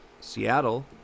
Seattle